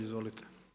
Izvolite.